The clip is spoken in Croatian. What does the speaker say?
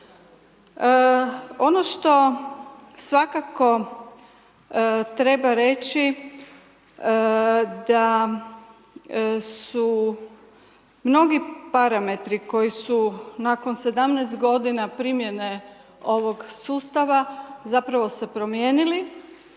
Ono što svakako treba reći, da su mnogi parametri, koji su nakon 17 g. primljene ovog sustava, zapravo se promijenili.